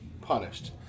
punished